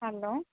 hello